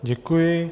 Děkuji.